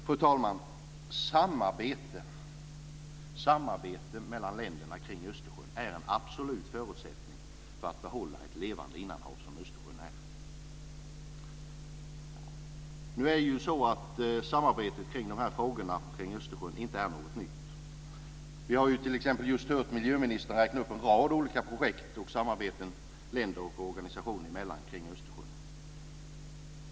Fru talman! Samarbete mellan länderna kring Östersjön är en absolut förutsättning för att behålla ett levande innanhav - som Östersjön är. Samarbetet kring dessa frågor runt Östersjön är inte något nytt. Vi har t.ex. just hört miljöministern räkna upp en rad olika projekt för samarbete länder och organisationer emellan kring Östersjön.